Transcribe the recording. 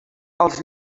els